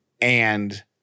and-